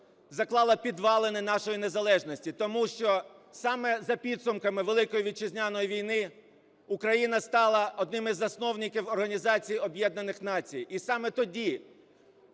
заклала підвалини нашої незалежності. Тому що саме за підсумками Великої Вітчизняної війни Україна стала одним із засновників Організації